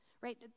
Right